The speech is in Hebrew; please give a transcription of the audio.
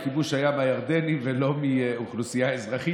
הכיבוש היה מהירדנים ולא מאוכלוסייה אזרחית.